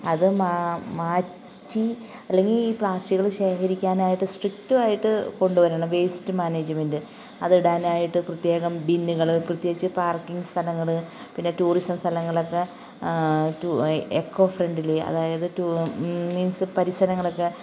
അതു മാ മാറ്റി അല്ലെങ്കിൽ പ്ലാസ്റ്റിക്കുകൾ ശേഖരിക്കാനായിട്ട് സ്ട്രിക്റ്റായിട്ട് കൊണ്ടു വരണം വെയ്സ്റ്റ് മേനേജ്മെൻറ്റ് അതിടാനായിട്ട് പ്രത്യേകം ബിന്നുകൾ പ്രത്യേകിച്ച് പാർക്കിങ് സ്ഥലങ്ങൾ പിന്നെ ടൂറിസം സ്ഥലങ്ങളൊക്കെ റ്റു എ എക്കൊ ഫ്രെണ്ട്ലി അതായത് ടൂ മീൻസ് പരിസരങ്ങളൊക്കെ